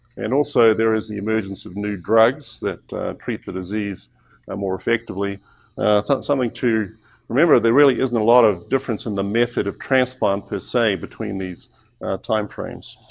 and also there is the emergence of new drugs that treat the disease more effectively. a thought, something to remember that there really isn't a lot of difference in the method of transplant per se between these timeframes.